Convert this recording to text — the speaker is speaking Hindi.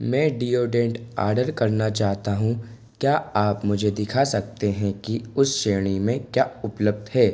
मैं डियोडेंट आर्डर करना चाहता हूँ क्या आप मुझे दिखा सकते हैं कि उस श्रेणी में क्या उपलब्ध है